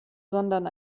sondern